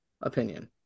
opinion